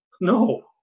No